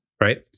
right